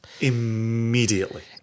Immediately